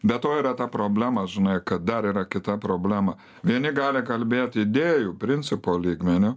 be to yra ta problema žinai kad dar yra kita problema vieni gali kalbėt idėjų principo lygmeniu